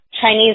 Chinese